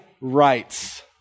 rights